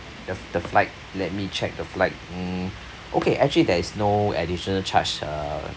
the the flight let me check the flight hmm okay actually there is no additional charge uh